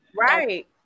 Right